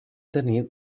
tenir